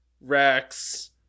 Rex